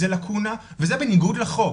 זה לקונה, וזה בניגוד לחוק.